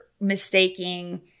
mistaking